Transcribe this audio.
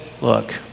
look